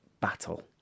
battle